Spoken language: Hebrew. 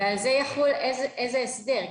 ואז איזה הסדר יחול?